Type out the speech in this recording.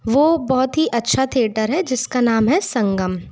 वो बहुत ही अच्छी थिएटर है जिसका नाम है संगम